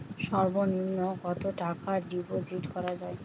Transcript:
সর্ব নিম্ন কতটাকা ডিপোজিট করা য়ায়?